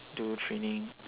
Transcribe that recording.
do training